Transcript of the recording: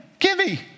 Kimmy